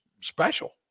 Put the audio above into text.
special